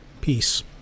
Peace